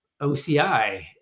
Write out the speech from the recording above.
OCI